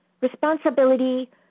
Responsibility